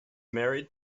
married